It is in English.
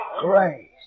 Grace